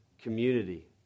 community